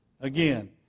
Again